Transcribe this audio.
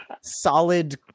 solid